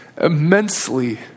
immensely